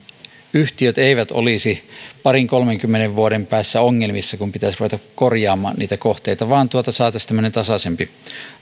yhtiöt eivät olisi parin kolmenkymmenen vuoden päästä ongelmissa kun pitäisi ruveta korjaamaan niitä kohteita vaan saataisiin tämmöinen tasaisempi